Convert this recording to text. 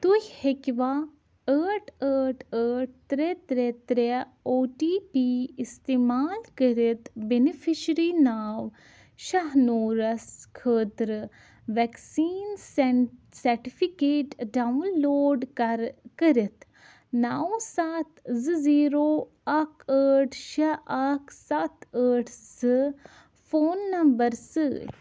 تُہۍ ہیٚکِوا ٲٹھ ٲٹھ ٲٹھ ترٛےٚ ترٛےٚ ترٛےٚ او ٹی پی اِستعمال کٔرِتھ بیٚنِفِشری ناو شاہ نوٗرَس خٲطرٕ وٮ۪کسیٖن سٮ۪ن سرٹفکیٹ ڈاوُن لوڈ کَرٕ کٔرِتھ نَو سَتھ زٕ زیٖرو اَکھ ٲٹھ شےٚ اَکھ سَتھ ٲٹھ زٕ فون نمبَر سۭتۍ